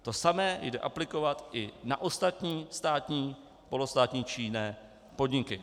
To samé jde aplikovat i na ostatní státní, polostátní či jiné podniky.